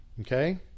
Okay